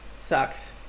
sucks